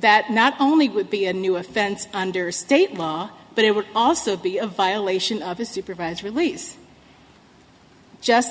that not only would be a new offense under state law but it would also be a violation of his supervised release just